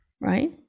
right